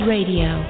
Radio